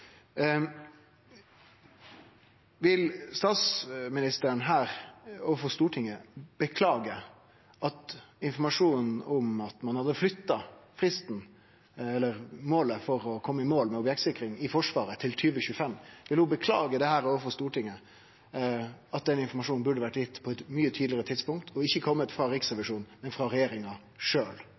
Vil statsministeren her, overfor Stortinget, beklage at informasjonen om at ein hadde flytta fristen eller målet for å kome i mål med objektsikringa i Forsvaret til 2025, ikkje kom på eit mykje tidlegare tidspunkt, og at han kom frå Riksrevisjonen og ikkje frå regjeringa